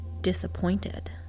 disappointed